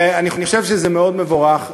ואני חושב שזה מאוד מבורך.